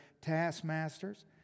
taskmasters